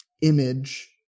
image